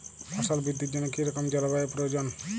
ফসল বৃদ্ধির জন্য কী রকম জলবায়ু প্রয়োজন?